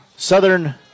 Southern